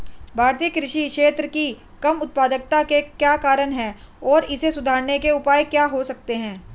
भारतीय कृषि क्षेत्र की कम उत्पादकता के क्या कारण हैं और इसे सुधारने के उपाय क्या हो सकते हैं?